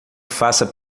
faça